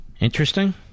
Interesting